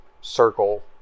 circle